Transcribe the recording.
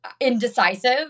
indecisive